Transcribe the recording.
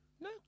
No